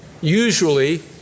usually